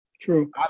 True